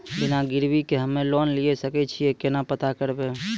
बिना गिरवी के हम्मय लोन लिये सके छियै केना पता करबै?